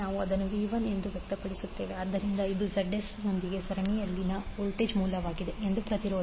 ನಾವು ಅದನ್ನು Vs ಎಂದು ವ್ಯಕ್ತಪಡಿಸುತ್ತೇವೆ ಆದ್ದರಿಂದ ಇದು Z s ನೊಂದಿಗೆ ಸರಣಿಯಲ್ಲಿನ ವೋಲ್ಟೇಜ್ ಮೂಲವಾಗಿದೆ ಅದು ಪ್ರತಿರೋಧ